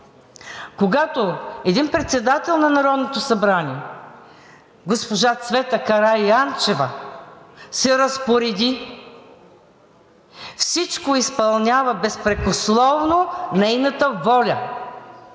Когато един председател на Народното събрание, госпожа Цвета Караянчева, се разпореди, всичко изпълнява безпрекословно нейната воля.